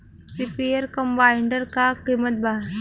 Reaper कम्बाइंडर का किमत बा?